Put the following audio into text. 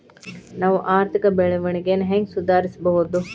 ನಾವು ಆರ್ಥಿಕ ಬೆಳವಣಿಗೆಯನ್ನ ಹೆಂಗ್ ಸುಧಾರಿಸ್ಬಹುದ್?